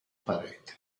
parete